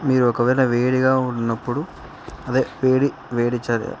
మీరు ఒకవేళ వేడిగా ఉన్నప్పుడు అదే వేడి వేడిచాల